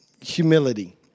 humility